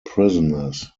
prisoners